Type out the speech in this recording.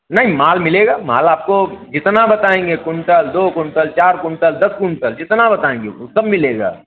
नहिं माल मिलेगा माल आपको जितना बताएँगे कुंटल दो कुंटल चार कुंटल दस कुंटल जितना बताएँगे ऊ सब मिलेगा